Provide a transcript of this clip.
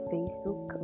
Facebook